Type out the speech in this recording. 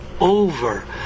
over